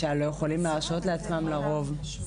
הקבוצה השנייה לא מקבלת בגלל שהם שורדי שואה,